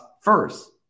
first